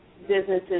businesses